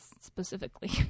specifically